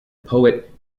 poet